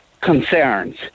concerns